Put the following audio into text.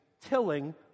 tilling